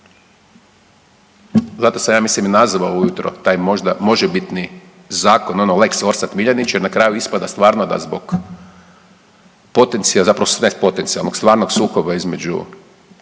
zato sam ja mislim i nazvao ujutro taj možda možebitni zakon ono lex Orsat Miljenić jer na kraju ispada stvarno da zbog potencije, zapravo sve potencijalnog, stvarnog sukoba između